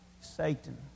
Satan